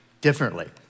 differently